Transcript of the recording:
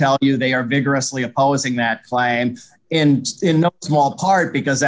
tell you they are vigorously opposing that flames in a small part because